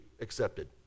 accepted